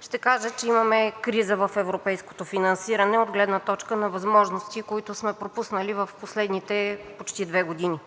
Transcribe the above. ще кажа, че имаме криза в европейското финансиране от гледна точка на възможности, които сме пропуснали в последните почти две години.